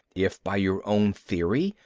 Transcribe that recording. if by your own theory,